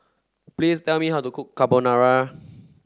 please tell me how to cook Carbonara